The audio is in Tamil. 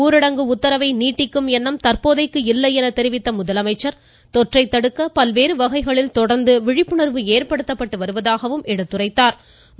ஊரடங்கு உத்தரவை நீட்டிக்கும் எண்ணம் தற்போதைக்கு இல்லை எனத் தெரிவித்த முதலமைச்சா் தொற்றைத் தடுக்க பல்வேறு வகைகளில் தொடா்ந்து விழிப்புணா்வு ஏற்படுத்தப்பட்டு வருவதாகவும் எடுத்துரைத்தாா்